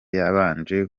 yabanje